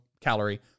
calorie